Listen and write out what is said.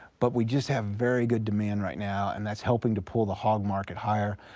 but we just have very good demand right now and that's helping to pull the hog market higher.